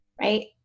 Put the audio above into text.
right